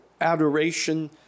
adoration